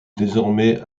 désormais